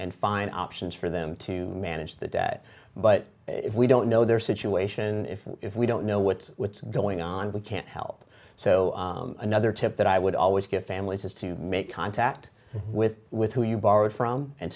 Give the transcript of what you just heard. and fine options for them to manage the debt but if we don't know their situation if if we don't know what's going on we can't help so another tip that i would always give families is to make contact with with who you borrowed from and